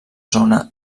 zona